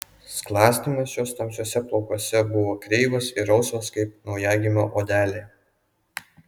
sklastymas jos tamsiuose plaukuose buvo kreivas ir rausvas kaip naujagimio odelė